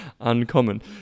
uncommon